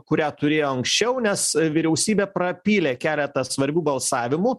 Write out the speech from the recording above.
kurią turėjo anksčiau nes vyriausybė prapylė keletą svarbių balsavimų